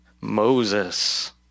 Moses